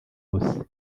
wose